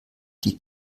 die